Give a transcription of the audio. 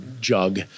jug